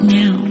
now